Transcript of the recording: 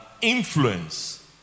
influence